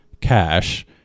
cash